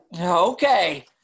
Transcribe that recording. okay